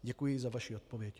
Děkuji za vaši odpověď.